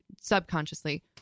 subconsciously